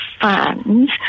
fans